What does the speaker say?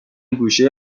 گوشه